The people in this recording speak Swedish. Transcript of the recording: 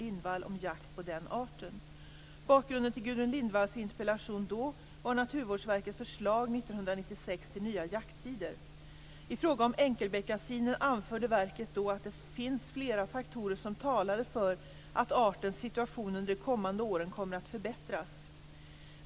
Lindvalls interpellation då var Naturvårdsverkets förslag 1996 till nya jakttider. I fråga om enkelbeckasinen anförde verket då att det finns flera faktorer som talade för att artens situation under de kommande åren kommer att förbättras.